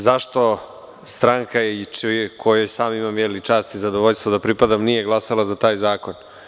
Zašto stranka kojoj imam čast i zadovoljstvo da pripadam nije glasala za taj zakon?